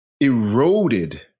eroded